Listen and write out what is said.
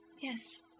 Yes